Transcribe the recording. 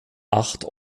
acht